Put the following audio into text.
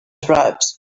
tribes